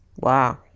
Wow